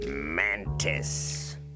Mantis